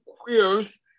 queers